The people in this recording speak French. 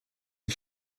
des